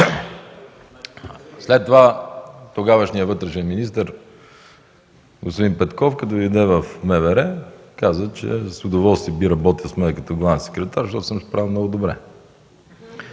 След това, тогавашният вътрешен министър господин Петков, като дойде в МВР каза, че с удоволствие би работил с мен като главен секретар, защото съм се справял много добре.